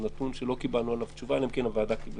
לא קיבלתי תשובה